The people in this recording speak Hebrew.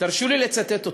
תרשו לי לצטט אותו: